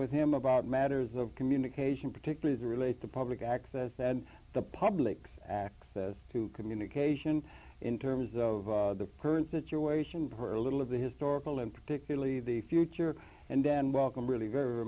with him about matters of communication particularly to relate to public access and the public's access to communication in terms of the current situation her little of the historical and particularly the future and then welcome really very